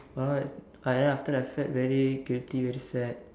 uh uh ya after that I felt very guilty very sad